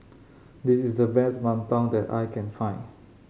this is the best mantou that I can find